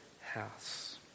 house